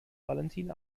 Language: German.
valentin